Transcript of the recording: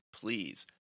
please